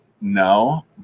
no